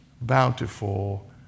bountiful